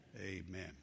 Amen